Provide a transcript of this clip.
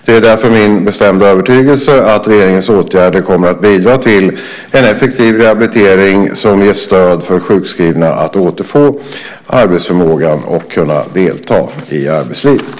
Det är därför min bestämda övertygelse att regeringens åtgärder kommer att bidra till en effektiv rehabilitering som ger stöd för sjukskrivna att återfå arbetsförmågan och kunna delta i arbetslivet.